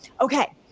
okay